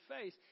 face